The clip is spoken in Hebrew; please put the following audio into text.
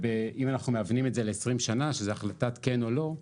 אם אנחנו מהוונים את זה ל-20 שנה שזה החלטת כן או לא,